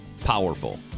powerful